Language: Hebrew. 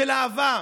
של אהבה.